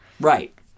right